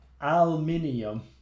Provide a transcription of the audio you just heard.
aluminium